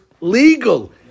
legal